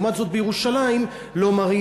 ולעומת זאת בירושלים לא מראים,